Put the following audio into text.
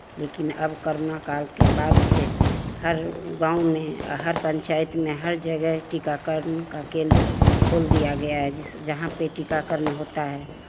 लेकिन अब कोरोना काल के बाद से हर गाँव में हर पंचायत में हर जगह टीकाकारण का केंद्र खोल दिया गया है जिस जहाँ पे टीकाकारण होता है